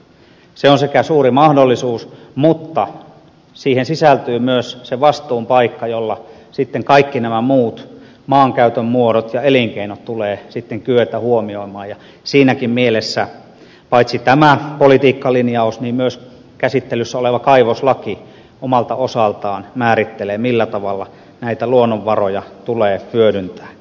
se on suuri mahdollisuus mutta siinä on myös vastuun paikka kun kaikki nämä muut maankäytön muodot ja elinkeinot tulee kyetä huomioimaan ja siinäkin mielessä paitsi tämä politiikkalinjaus niin myös käsittelyssä oleva kaivoslaki omalta osaltaan määrittelee millä tavalla näitä luonnonvaroja tulee hyödyntää